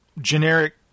generic